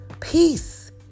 peace